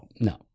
No